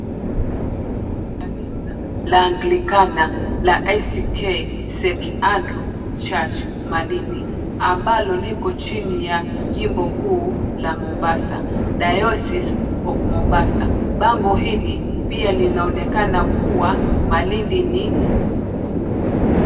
Kanisa la anglikana la ACK St. Andrew Church ambalo liko chini ya jimbo kuu ya Mombasa, Diocese of Mombasa. Bango hil, pia linaonekana kuwa Malindi.